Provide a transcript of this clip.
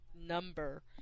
number